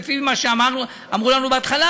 לפי מה שאמרו לנו בהתחלה,